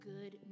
Good